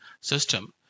system